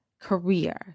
career